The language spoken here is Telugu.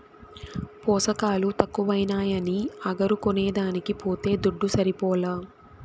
పోసకాలు తక్కువైనాయని అగరు కొనేదానికి పోతే దుడ్డు సరిపోలా